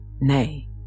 nay